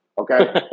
okay